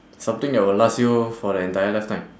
something that will last you for the entire lifetime